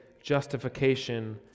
Justification